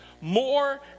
more